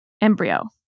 embryo